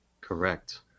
Correct